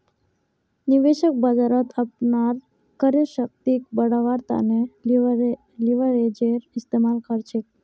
निवेशक बाजारत अपनार क्रय शक्तिक बढ़व्वार तने लीवरेजेर इस्तमाल कर छेक